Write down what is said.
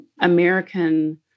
American